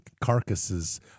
carcasses